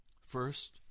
First